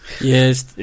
Yes